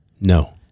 No